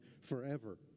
forever